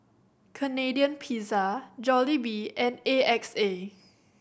Canadian Pizza Jollibee and A X A